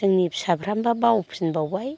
जोंनि फिसाफ्रानोब्ला बावफिनबावबाय